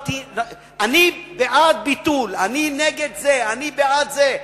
אני בעד ביטול, אני נגד זה, או אני בעד זה.